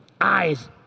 Eyes